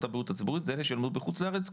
הבריאות הציבורית זה אלה שלמדו בחוץ לארץ,